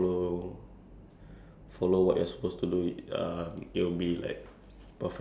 like like those uh daily basis like incident that happen ya